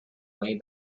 way